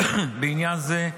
בעניין זה,